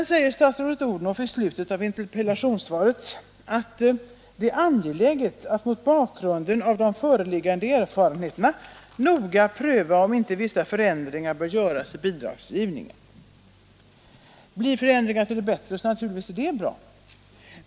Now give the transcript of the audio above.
I slutet av sitt interpellationssvar säger statsrådet Odhnoff: ”Enligt min mening är det därvid angeläget att mot bakgrund av de föreliggande erfarenheterna noga pröva om inte vissa förändringar bör göras i bidragsgivningen.” Blir förändringarna till det bättre är det naturligtvis bra.